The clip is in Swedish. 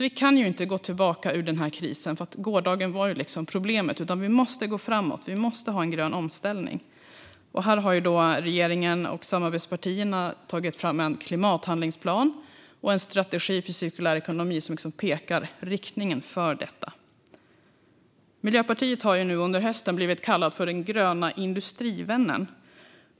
Vi kan inte gå tillbaka ur krisen eftersom gårdagen ju var problemet, utan vi måste gå framåt med en grön omställning. Här har regeringen och samarbetspartierna tagit fram en klimathandlingsplan och en strategi för cirkulär ekonomi som pekar ut riktningen för detta. Miljöpartiet har under hösten blivit kallat för den gröna industrivännen.